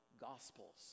gospels